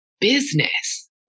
business